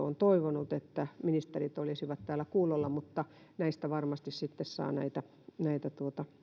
on toivonut että ministerit olisivat täällä kuulolla mutta näistä varmasti sitten saa näitä